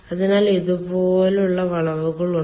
അതിനാൽ ഇതുപോലുള്ള വളവുകൾ ഉണ്ട്